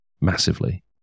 massively